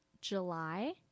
July